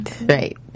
Right